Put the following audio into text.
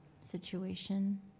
situation